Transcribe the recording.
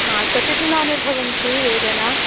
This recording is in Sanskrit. हा कति दिनानि भवन्ति वेदना